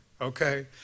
okay